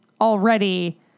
already